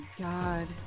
god